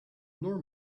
nor